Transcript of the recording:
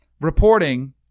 reporting